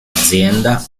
azienda